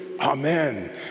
Amen